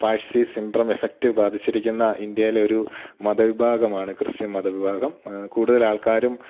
Parsi syndrome effect ബാധിച്ചിരിക്കുന്ന ഇന്ത്യയിലെ ഒരു മതവിഭാഗമാണ് ക്രിസ്ത്യൻ മതവിഭാഗം കൂടുതൽ ആൾക്കാരും